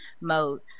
mode